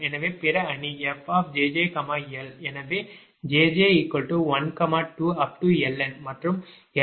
எனவே பிற அணி fjjl எனவே jj12LN மற்றும் l12B